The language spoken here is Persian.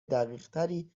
دقیقتری